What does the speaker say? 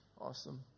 Awesome